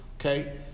Okay